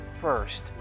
first